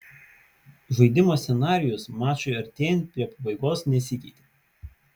žaidimo scenarijus mačui artėjant prie pabaigos nesikeitė